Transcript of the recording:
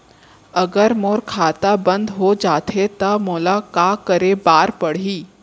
अगर मोर खाता बन्द हो जाथे त मोला का करे बार पड़हि?